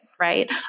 right